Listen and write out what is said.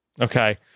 Okay